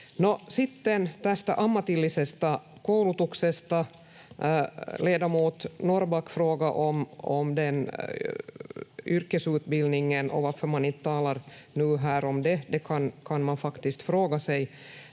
sitten tästä ammatillisesta koulutuksesta. Ledamot Norrback frågade om yrkesutbildningen och varför man inte nu talar om det. Det kan man faktiskt fråga sig.